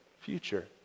future